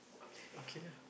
okay lah